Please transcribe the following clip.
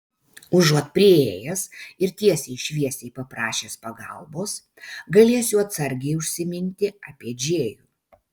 užuot priėjęs ir tiesiai šviesiai paprašęs pagalbos galėsiu atsargiai užsiminti apie džėjų